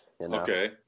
Okay